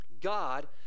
God